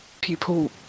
people